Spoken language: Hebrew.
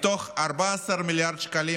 מתוך 14 מיליארד שקלים,